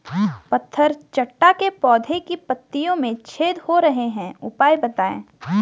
पत्थर चट्टा के पौधें की पत्तियों में छेद हो रहे हैं उपाय बताएं?